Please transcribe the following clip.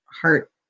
heart